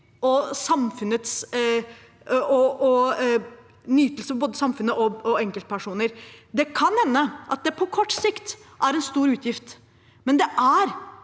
og nytte både for samfunnet og for enkeltpersoner. Det kan hende at det på kort sikt er en stor utgift,